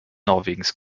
norwegens